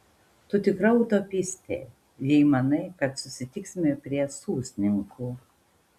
tu tikra utopistė jei manai kad susitiksime prie sūsninkų